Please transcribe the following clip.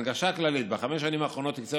הנגשה כללית: בחמש השנים האחרונות תקצב